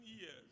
years